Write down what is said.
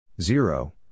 Zero